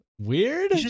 Weird